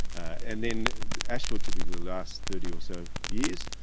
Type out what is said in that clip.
and then asphalt typically lasts thirty or so years.